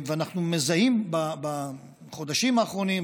אנחנו מזהים בחודשים האחרונים,